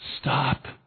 stop